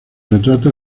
retratos